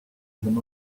with